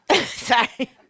Sorry